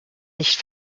nicht